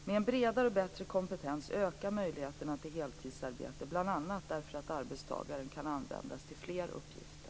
Med en bredare och bättre kompetens ökar möjligheterna till heltidsarbete, bl.a. därför att arbetstagaren kan användas till fler uppgifter.